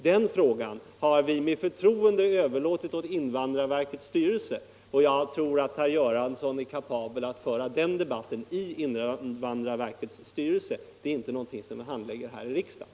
Den frågan har vi med förtroende överlåtit till invandrarverkets styrelse, och jag tror att herr Göransson är kapabel att föra den debatten där. Det är ingenting som vi handlägger här i riksdagen.